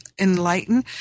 enlighten